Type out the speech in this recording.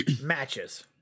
matches